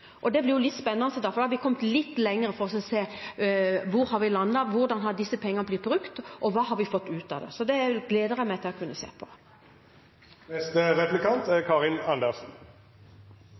og det blir litt spennende, for da har vi kommet litt lenger i å se hvor vi har landet, hvordan disse pengene har blitt brukt, og hva vi har fått ut av det. Så det gleder jeg meg til å kunne se på. Realiteten er